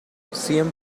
cien